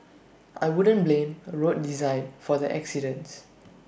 I wouldn't blame road design for the accidents